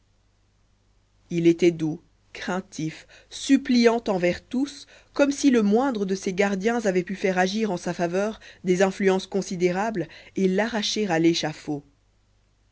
il était doux craintif suppliant envers tous comme si le moindre de ses gardiens avait pu faire agir en sa faveur des influences considérables et l'arracher à l'échafaud